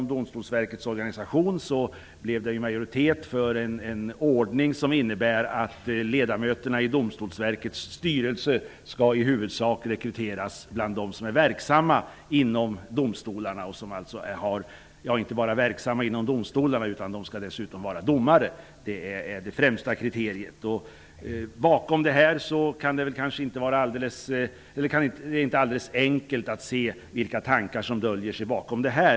Domstolsverkets organisation blev det majoritet för ordningen att ledamöterna i Domstolsverkets styrelse i huvudsak skall rekryteras bland dem som är verksamma inom domstolarna. De skall dessutom vara domare. Det är det främsta kriteriet. Det är inte alldeles enkelt att förstå vilka tankar som döljer sig bakom detta.